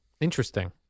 Interesting